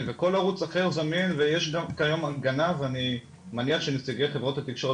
וכל ערוץ אחר זמין ויש גם קיים הגנה ואני מניח שנציגי חברות התקשורת